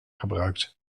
gebruikt